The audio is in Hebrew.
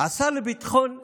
השר לביטחון הפנים,